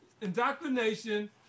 indoctrination